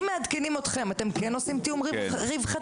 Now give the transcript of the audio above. אם מעדכנים אתכם, אתם כן עושים תיאום רווחתי?